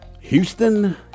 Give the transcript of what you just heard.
Houston